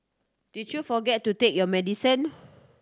did you forget to take your medicine